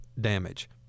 damage